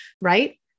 right